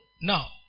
Now